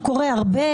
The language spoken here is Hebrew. הוא קורה הרבה,